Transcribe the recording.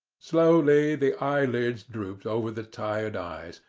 slowly the eyelids drooped over the tired eyes,